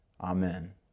Amen